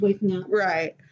Right